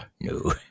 No